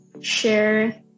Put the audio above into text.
share